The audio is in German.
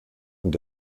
und